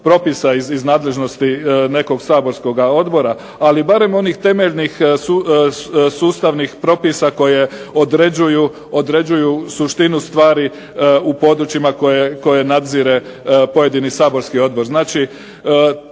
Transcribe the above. iz nadležnosti nekog saborskoga odbora, ali barem onih temeljnih sustavnih propisa koje određuju suštinu stvari u područjima koje nadzire pojedini saborski odbor.